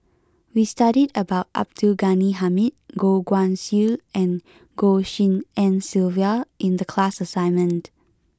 we studied about Abdul Ghani Hamid Goh Guan Siew and Goh Tshin En Sylvia in the class assignment